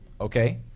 Okay